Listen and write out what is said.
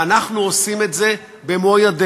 ואנחנו עושים את זה במו-ידינו.